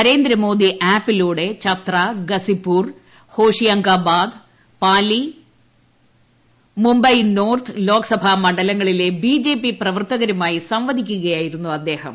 നരേന്ദ്രമോദി ആപ്പിലൂടെ ചത്ര ഗസിപൂർ ഹോഷങ്കാബാദ് പാലി നോർത്ത് ലോക്സഭ മണ്ഡലങ്ങളിലെ Mumbai B J P പ്രവർത്തകരുമായി സംവദിക്കുകയായിരുന്നു അദ്ദേഹം